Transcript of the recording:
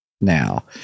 now